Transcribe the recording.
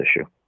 issue